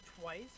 twice